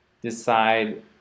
decide